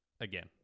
again